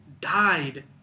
died